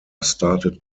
started